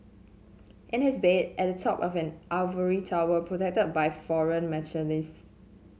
in his bed at the top of an ivory tower protect by foreign mercenaries